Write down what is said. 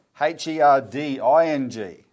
H-E-R-D-I-N-G